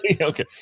Okay